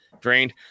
drained